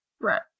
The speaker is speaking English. Right